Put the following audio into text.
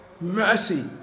mercy